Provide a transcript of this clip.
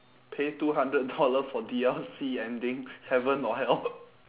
pay two hundred dollar for D_L_C ending heaven or hell